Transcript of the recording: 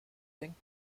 denken